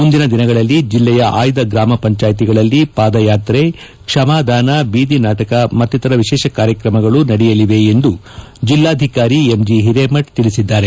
ಮುಂದಿನ ದಿನಗಳಲ್ಲಿ ಜಿಲ್ಲೆಯ ಆಯ್ದ ಗ್ರಾಮಪಂಚಾಯಿತಿಗಳಲ್ಲಿ ಪಾದಯಾತ್ರೆ ಕ್ಷಮಾದಾನ ಬೀದಿ ನಾಟಕ ಮತ್ತಿತರ ವಿಶೇಷ ಕಾರ್ಯಕ್ರಮಗಳು ನಡೆಯಲಿವೆ ಎಂದು ಜಿಲ್ಲಾಧಿಕಾರಿ ಎಂ ಜಿ ಹೀರೆಮಠ ತಿಳಿಸಿದ್ದಾರೆ